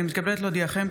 הינני מתכבדת להודיעכם,